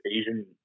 Asian